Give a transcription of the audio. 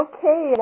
Okay